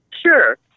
Sure